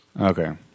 Okay